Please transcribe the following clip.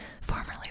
formerly